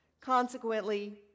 Consequently